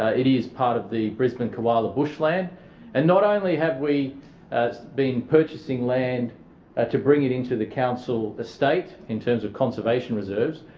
ah it is part of the brisbane koala bushland and not only have we been purchasing land ah to bring it into the council estate in terms of conservation reserves,